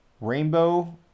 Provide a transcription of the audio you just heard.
rainbow